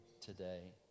today